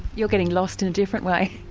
you're getting lost in a different way.